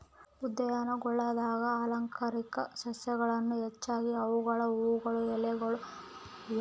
ಉದ್ಯಾನಗುಳಾಗ ಅಲಂಕಾರಿಕ ಸಸ್ಯಗಳನ್ನು ಹೆಚ್ಚಾಗಿ ಅವುಗಳ ಹೂವುಗಳು ಎಲೆಗಳು ಒಟ್ಟಾರೆ ನೋಟಕ್ಕಾಗಿ ಬೆಳೆಸಲಾಗ್ತದ